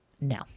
No